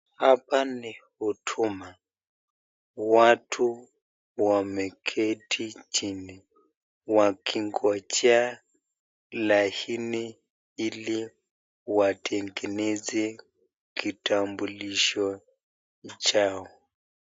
Hapa ni huduma, watu wameketi chini wakingojea laini ili watengeze kitambulisho chao.